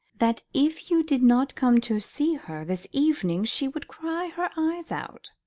that if you did not come to see her this evening she would cry her eyes out.